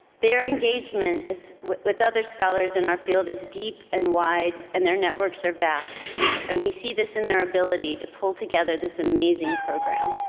their engagement as with with other scholars in our field is deep and wide and their networks are vast and we see this in their ability to pull together this amazing program.